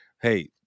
hey